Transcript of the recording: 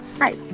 Hi